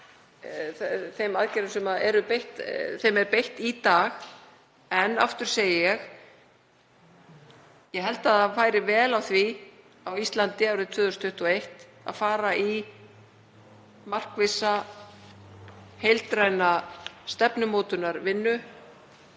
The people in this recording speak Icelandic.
þær aðgerðir sem er beitt í dag og ég held að það færi vel á því á Íslandi árið 2021 að fara í markvissa heildræna stefnumótunarvinnu